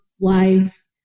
life